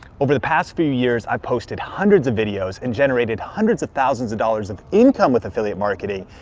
over the past few years, i've posted hundreds of videos and generated hundreds of thousands of dollars of income with affiliate marketing.